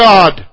God